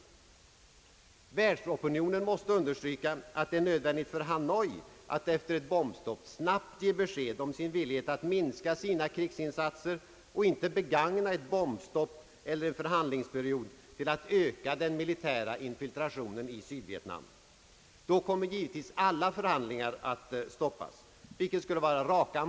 kl og Världsopinionen måste understryka att det är nödvändigt för Hanoi att efter ett bombstopp snabbt ge besked om: sin villighet att minska sina krigsinsatser och inte begagna ett bombstopp: eller en förhandlingsperiod till att öka den militära infiltrationen i Sydvietnam. Då kommer givetvis alla förhandlingar att stoppas, vilket skulle vara raka.